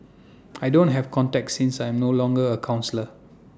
I don't have contacts since I'm no longer A counsellor